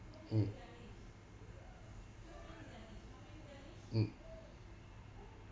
mm mm